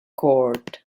court